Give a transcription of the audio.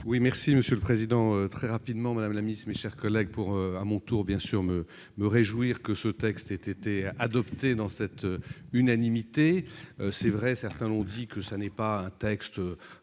Oui, merci Monsieur le Président, très rapidement, madame la mise mais chers collègues pour à mon tour bien sûr me me réjouir que ce texte était adopté dans cette unanimité, c'est vrai, certains ont dit que ça n'est pas un texte